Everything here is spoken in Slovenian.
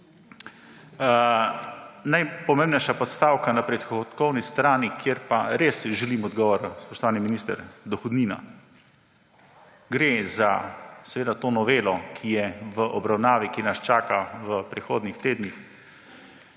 Najpomembnejša postavka na prihodkovni strani, kjer pa res želim odgovor, spoštovani minister, dohodnina. Gre za to novelo, ki je v obravnavi, ki nas čaka v prihodnjih tednih.